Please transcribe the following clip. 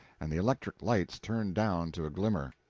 and the electric lights turned down to a glimmer.